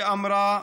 היא אמרה,